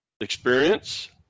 experience